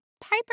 Piper